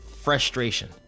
frustration